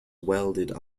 welded